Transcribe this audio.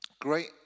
Great